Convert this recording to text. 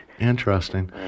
Interesting